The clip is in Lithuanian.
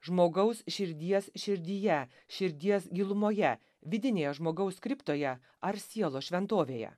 žmogaus širdies širdyje širdies gilumoje vidinėje žmogaus kriptoje ar sielos šventovėje